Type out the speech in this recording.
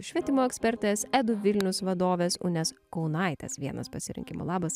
švietimo ekspertės edu vilnius vadovės ugnės kaunaitės vienas pasirinkimų labas